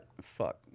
Fuck